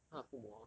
他的父母 orh